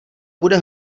bude